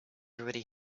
already